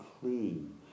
clean